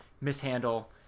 mishandle